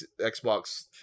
Xbox